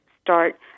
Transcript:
start